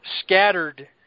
scattered